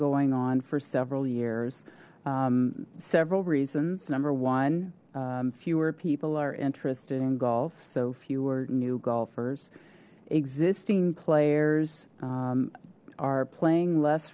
going on for several years several reasons number one fewer people are interested in golf so fewer new golfers existing players are playing less